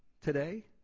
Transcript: today